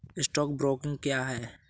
Stock broking क्या है?